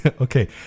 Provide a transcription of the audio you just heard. okay